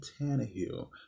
Tannehill